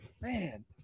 Man